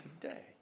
Today